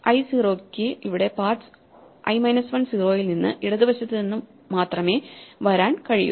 pathsi 0 ക്ക് paths i 1 0 യിൽ നിന്ന് ഇടത് വശത്ത് നിന്ന് മാത്രമേ വരാൻ കഴിയൂ